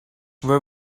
where